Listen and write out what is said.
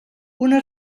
una